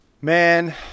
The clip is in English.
Man